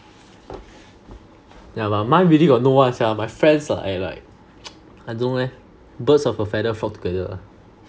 yeah but mine really got no one sia my friends are like I don't know leh birds of a feather flock together lah